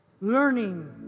learning